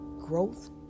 Growth